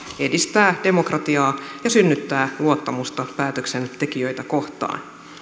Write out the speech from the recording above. edistää demokratiaa ja synnyttää luottamusta päätöksentekijöitä kohtaan